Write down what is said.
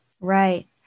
Right